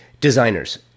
Designers